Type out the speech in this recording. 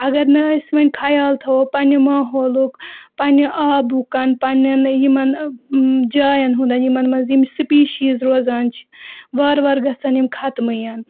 اگر نہٕ أسۍ وۄنۍ خیال تھَوو پنٛنہِ ماحولُک پنٛنہِ آبُکَ پنٛنٮ۪ن یِمَن جایَن ہُنٛد یِمَن منٛز یِم سٕپیٖشیٖز روزان چھِ وارٕ وارٕ گژھن یِم ختمٕے